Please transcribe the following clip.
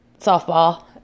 softball